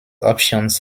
options